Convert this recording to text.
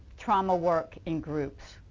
trauma work in groups.